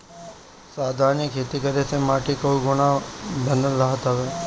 संधारनीय खेती करे से माटी कअ गुण बनल रहत हवे